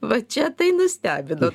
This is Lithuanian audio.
va čia tai nustebino